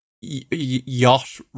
Yacht